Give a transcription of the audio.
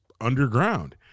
underground